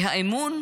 והאמון,